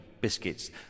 biscuits